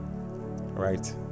Right